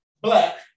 black